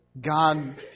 God